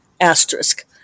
asterisk